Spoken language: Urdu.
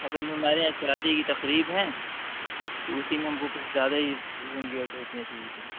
اصل میں ہمارے یہاں شادی کی تقریب ہے تو اسی میں ہم کو کچھ زیادہ ہی لنگی اور دھوتیاں چاہیے تھیں